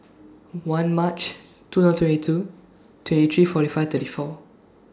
one March two thousand twenty two twenty three forty five thirty four